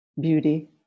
beauty